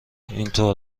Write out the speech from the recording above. اینطور